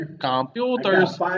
Computers